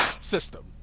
system